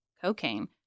cocaine